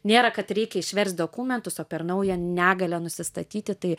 nėra kad reikia išverst dokumentus o per naują negalią nusistatyti tai